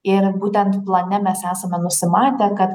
ir būtent plane mes esame nusimatę kad